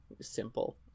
Simple